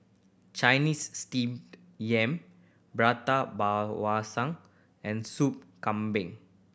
Chinese Steamed Yam prata and Soup Kambing